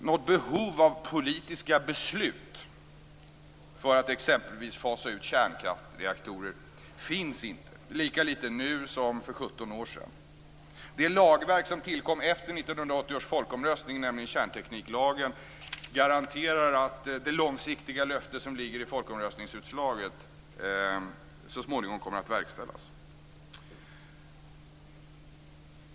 Något behov av politiska beslut för att exempelvis fasa ut kärnkraftreaktorer finns inte, lika litet nu som för 17 år sedan. Det lagverk som tillkom efter 1980 års folkomröstning, nämligen kärntekniklagen, garanterar att det långsiktiga löfte som ligger i folkomröstningsutslaget så småningom kommer att verkställas.